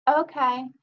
Okay